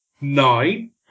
nine